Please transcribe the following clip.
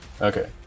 Okay